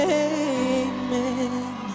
amen